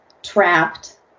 trapped